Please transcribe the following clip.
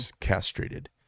castrated